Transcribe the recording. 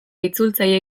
itzultzaile